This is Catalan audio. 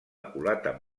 culata